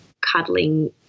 cuddling